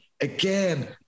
Again